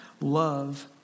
Love